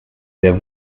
sehr